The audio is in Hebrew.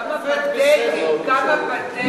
כמה פתטי, כמה פתטי.